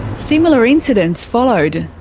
similar incidents followed.